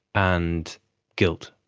and guilt.